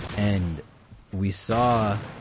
and we saw